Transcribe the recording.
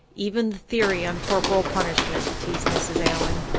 even the theory on corporal punishment, teased mrs. allan.